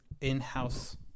in-house